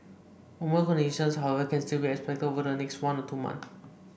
warmer conditions however can still be expected over the next one or two months